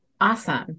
Awesome